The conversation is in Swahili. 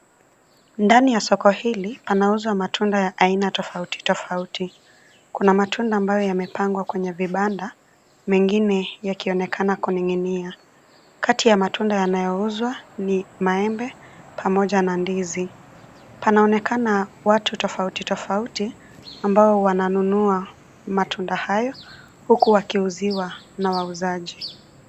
Ndani ya soko hili panauzwa matunda ya aina tofauti, tofauti. Kuna matunda ambayo yamepangwa kwenye vibanda, mengine yakionekana kuning'inia. Kati ya matunda yanayouzwa ni maembe pamoja na ndizi. Panaonekana watu tofauti, tofauti ambao wananunua matunda hayo huku wakiuziwa na wauzaji.